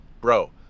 Bro